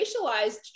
racialized